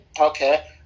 okay